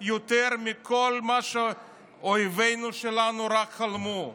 הוא יותר מכל מה שאויבנו שלנו רק חלמו.